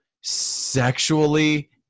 sexually